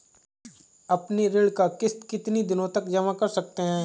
अपनी ऋण का किश्त कितनी दिनों तक जमा कर सकते हैं?